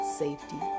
safety